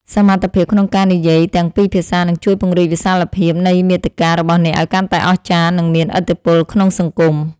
សមត្ថភាពក្នុងការនិយាយទាំងពីរភាសានឹងជួយពង្រីកវិសាលភាពនៃមាតិការបស់អ្នកឱ្យកាន់តែអស្ចារ្យ និងមានឥទ្ធិពលក្នុងសង្គម។